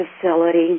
facility